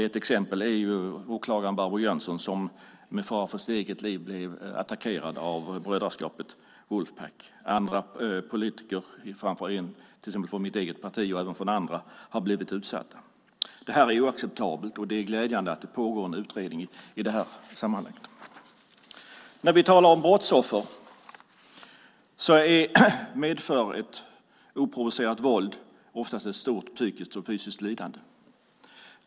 Ett exempel är åklagaren Barbro Jönsson, som med fara för eget liv blev attackerad av brödraskapet Wolfpack. Också politiker, bland annat från mitt eget parti men också från andra, har blivit utsatta. Det är oacceptabelt, och det är glädjande att det pågår en utredning i det här sammanhanget. Ett oprovocerat våld medför ofta stort psykiskt och fysiskt lidande.